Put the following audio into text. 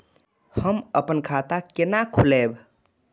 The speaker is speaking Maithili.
हम अपन खाता केना खोलैब?